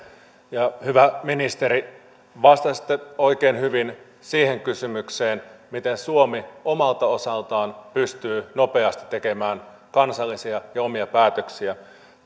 hyvä ministeri vastasitte oikein hyvin siihen kysymykseen miten suomi omalta osaltaan pystyy nopeasti tekemään kansallisia ja omia päätöksiä